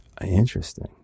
Interesting